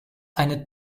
eine